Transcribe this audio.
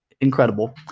incredible